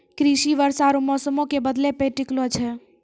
कृषि वर्षा आरु मौसमो के बदलै पे टिकलो छै